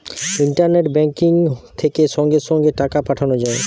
internet banking থেকে সঙ্গে সঙ্গে টাকা পাঠানো যায়